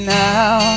now